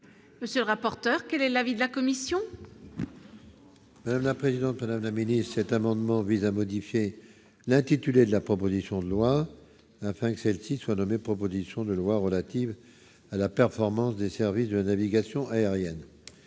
Monsieur rapporteur, quel est l'avis de la commission. Madame la présidente, madame la mêlée, cet amendement vise à modifier l'intitulé de la proposition de loi afin que celle-ci soit nommé Proposition de loi relative à la performance des services de la navigation aérienne,